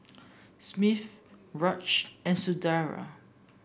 Raj and Sunderlal